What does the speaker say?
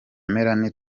melanie